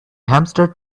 hamster